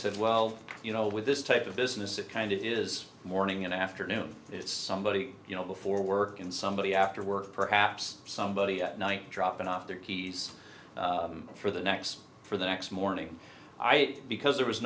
said well you know with this type of business it kind it is morning and afternoon it's somebody you know before work and somebody after work perhaps somebody at night dropping off their keys for the next for the next morning because